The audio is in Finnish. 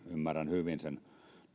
ymmärrän hyvin sen